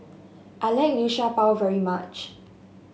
I like Liu Sha Bao very much